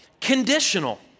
conditional